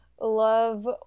love